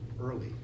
early